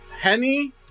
Henny